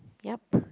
yup